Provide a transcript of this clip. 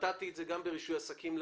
נתתי את זה גם ברישוי עסקים.